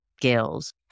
skills